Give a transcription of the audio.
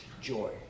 joy